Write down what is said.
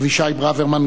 אבישי ברוורמן,